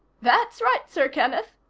that's right, sir kenneth,